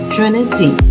Trinity